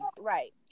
right